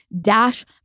Dash